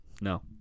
no